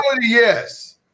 yes